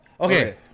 Okay